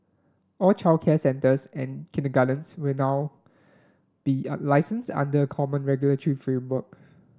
all childcare centres and kindergartens will now be licensed under a common regulatory framework